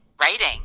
writing